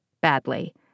badly